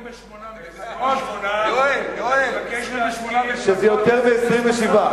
28, 28. אני מבקש להזכיר, שזה יותר מ-27.